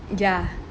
ya